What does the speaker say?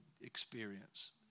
experience